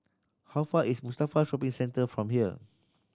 how far away is Mustafa Shopping Centre from here